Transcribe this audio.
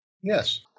Yes